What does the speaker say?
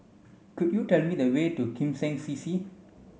could you tell me the way to Kim Seng C C